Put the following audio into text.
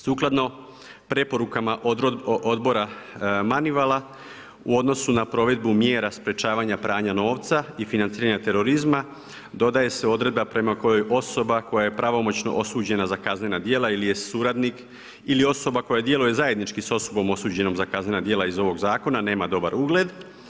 Sukladno preporukama odbora … u donosu na provedbu mjera sprečavanja pranja novca i financiranja terorizma dodaje se odredba prema kojoj osoba koja je pravomoćno osuđena za kaznena djela ili je suradnik ili osoba koja djeluje zajednički sa osobom osuđenom za kaznena djela iz ovoga zakona nema dobar ugled.